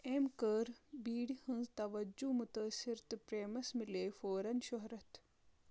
أمۍ کٔر بیٖڑِ ہِنٛز توجُہہ مُتٲثر تہٕ پریمس مِلے فوراً شہرتھ